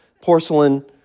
porcelain